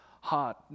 heart